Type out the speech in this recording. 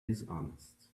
dishonest